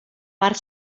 parc